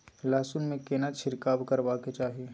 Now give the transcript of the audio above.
लहसुन में केना छिरकाव करबा के चाही?